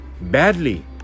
badly